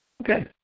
Okay